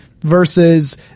Versus